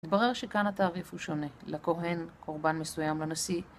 מתברר שכאן התעריף הוא שונה, לכהן קורבן מסוים, לנשיא